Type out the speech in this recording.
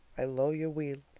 i lo'e you weel.